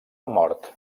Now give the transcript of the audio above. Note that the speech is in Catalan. mort